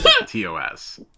TOS